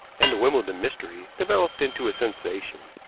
and the wimbledon mystery developed into a sensation.